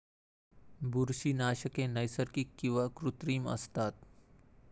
बुरशीनाशके नैसर्गिक किंवा कृत्रिम असतात